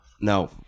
No